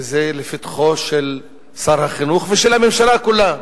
וזה לפתחם של שר החינוך ושל הממשלה כולה,